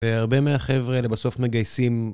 והרבה מהחבר'ה האלה בסוף מגייסים